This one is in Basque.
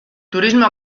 turismo